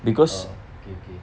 oh okay okay